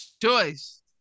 choice